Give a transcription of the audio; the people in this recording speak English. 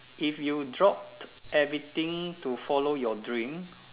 if you dropped everything to follow your dream